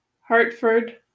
Hartford